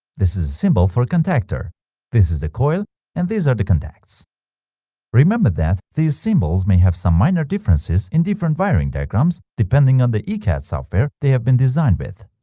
this is a symbol for a contactor this is the coil and these are the contacts remember that these symbols may have some minor differences in different wiring diagrams depending on the ecad software they have been designed with